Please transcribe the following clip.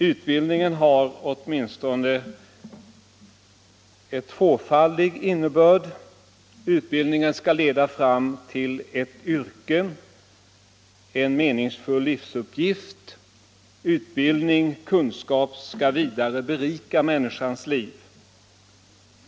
Utbildning har åtminstone en tvåfaldig innebörd: utbildningen skall leda fram till ett yrke och en meningsfull livsuppgift, och utbildningkunskap skall vidare berika människans liv.